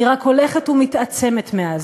היא רק הולכת ומתעצמת מאז.